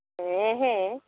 ᱦᱮᱸ ᱦᱮᱸ